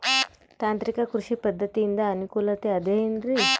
ತಾಂತ್ರಿಕ ಕೃಷಿ ಪದ್ಧತಿಯಿಂದ ಅನುಕೂಲತೆ ಅದ ಏನ್ರಿ?